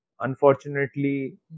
Unfortunately